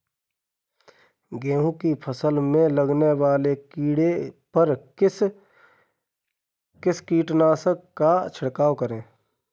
गेहूँ की फसल में लगने वाले कीड़े पर किस कीटनाशक का छिड़काव करें?